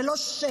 זה לא שקט,